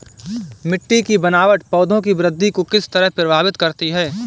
मिटटी की बनावट पौधों की वृद्धि को किस तरह प्रभावित करती है?